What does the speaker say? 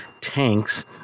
tanks